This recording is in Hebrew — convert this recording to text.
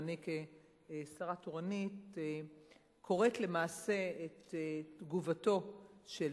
ואני כשרה תורנית קוראת למעשה את תגובתו של